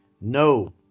No